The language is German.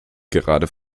gerade